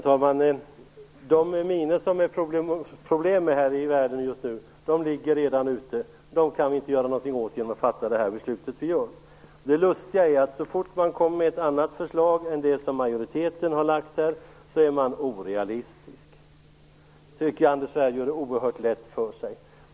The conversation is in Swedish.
Herr talman! De minor som det är problem med här i världen just nu är redan utlagda. Dem kan vi inte göra någonting åt genom att fatta det beslut vi skall fatta i dag. Det lustiga är att så fort man kommer med ett annat förslag än det som majoriteten har lagt fram här är man orealistisk. Jag tycker att Anders Svärd gör det oerhört lätt för sig.